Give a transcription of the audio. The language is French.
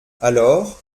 alors